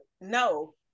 No